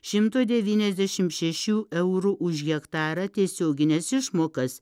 šimto devyniasdešim šešių eurų už hektarą tiesiogines išmokas